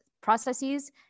processes